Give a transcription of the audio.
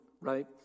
right